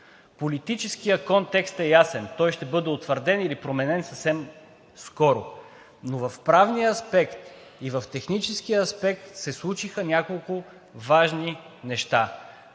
Политическият контекст е ясен, той ще бъде утвърден или променен съвсем скоро, но в правния аспект и в техническия аспект се случиха няколко важни неща.